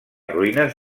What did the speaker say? ruïnes